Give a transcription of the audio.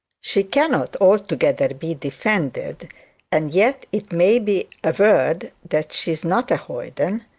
she cannot altogether be defended and yet it may be averred that she is not a hoyden,